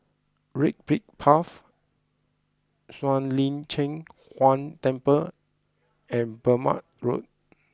Red Brick Path Shuang Lin Cheng Huang Temple and Burmah Road